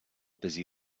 busy